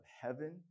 heaven